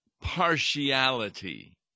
partiality